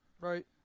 right